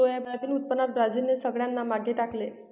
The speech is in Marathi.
सोयाबीन उत्पादनात ब्राझीलने सगळ्यांना मागे टाकले